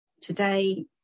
today